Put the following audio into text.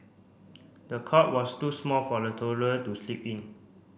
the cot was too small for the toddler to sleep in